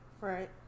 right